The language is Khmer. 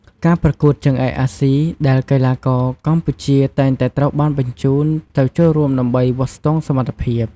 ការប្រកួតជើងឯកអាស៊ី ដែលកីឡាករកម្ពុជាតែងតែត្រូវបានបញ្ជូនទៅចូលរួមដើម្បីវាស់ស្ទង់សមត្ថភាព។